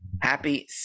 happy